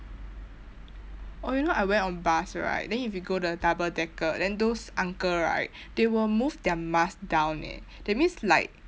oh you know I went on bus right then if you go the double decker then those uncle right they will move their mask down eh that means like